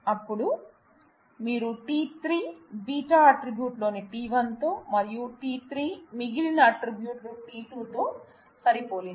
అప్పుడు మీరు t3 β ఆట్రిబ్యూట్లు లోని t1 తో మరియు t3 మిగిలిన ఆట్రిబ్యూట్లు t2 తో సరిపోలింది